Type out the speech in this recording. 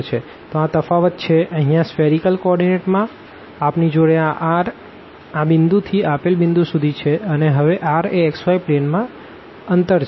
તો આ તફાવત છે અહીંયા સ્ફીઅરીકલ કો ઓર્ડીનેટ માં આપની જોડે આ r આ પોઈન્ટથી આપેલ પોઈન્ટ સુધી છે પણ હવે r એ xy પ્લેનમાં અંતર છે